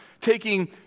taking